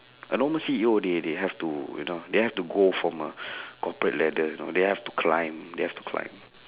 a normal C_E_O they they have to you know they have to go from a corporate ladder you know they have to climb they have to climb